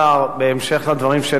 שתי הערות ושאלה.